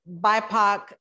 BIPOC